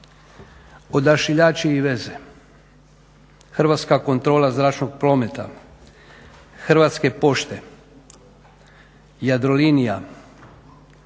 Odašiljači i veze, Hrvatska kontrola zračnog prometa, Hrvatske pošte, Jadrolinija,